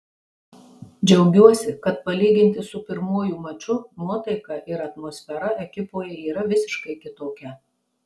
džiaugiuosi kad palyginti su pirmuoju maču nuotaika ir atmosfera ekipoje yra visiškai kitokia